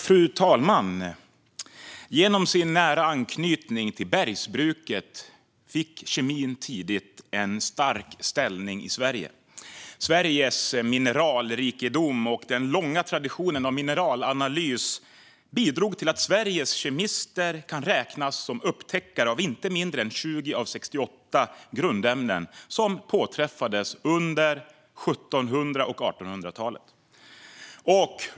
Fru talman! Genom sin nära anknytning till bergsbruket fick kemin tidigt en stark ställning i Sverige. Sveriges mineralrikedom och den långa traditionen av mineralanalys bidrog till att Sveriges kemister kan räknas som upptäckare av inte mindre än 20 av 68 grundämnen som påträffades under 1700 och 1800-talen.